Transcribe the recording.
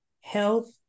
health